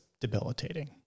debilitating